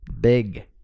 Big